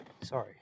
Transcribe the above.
Sorry